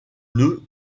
nœud